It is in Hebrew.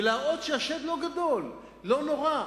ולהראות שהשד לא גדול, לא נורא.